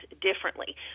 differently